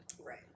Right